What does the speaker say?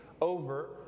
over